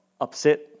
upset